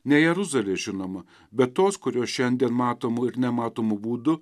ne jeruzalės žinoma bet tos kurios šiandien matomu ir nematomu būdu